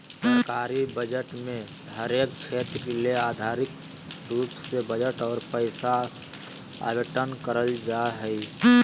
सरकारी बजट मे हरेक क्षेत्र ले आर्थिक रूप से बजट आर पैसा आवंटन करल जा हय